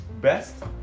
best